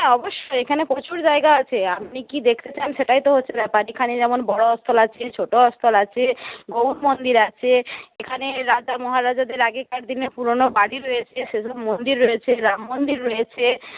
হ্যাঁ অবশ্যই এখানে প্রচুর জায়গা আছে আপনি কি দেখতে চান সেটাই তো হচ্ছে ব্যাপার এখানে যেমন বড় স্থল আছে ছোটো স্থল আছে গৌড় মন্দির আছে এখানে রাজা মহারাজাদের আগেকার দিনের পুরোনো বাড়ি রয়েছে সেখানে মন্দির রয়েছে রামমন্দির রয়েছে